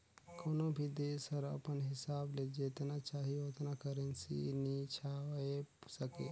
कोनो भी देस हर अपन हिसाब ले जेतना चाही ओतना करेंसी नी छाएप सके